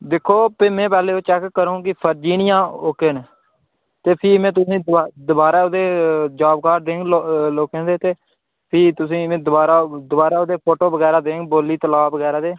दिक्खो ते में पैह्लें ओ चैक्क करङ के फर्जी न जां ओह्के न ते फ्ही में तुसें ई दबा दबारा ओह्दे जाब कार्ड देङ लोकें दे ते फ्ही तुसें ई में दबारा दबारा ओह्दे फोटो बगैरा देङ बौली तलाऽ बगैरा दे